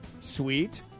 Sweet